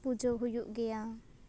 ᱯᱩᱡᱟᱹ ᱦᱩᱭᱩᱜ ᱜᱮᱭᱟ